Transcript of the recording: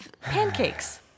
pancakes